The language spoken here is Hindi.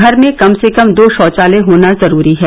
घर में कम से कम दो शौचालय होना जरूरी है